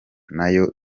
nayo